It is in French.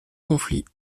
conflits